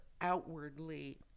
outwardly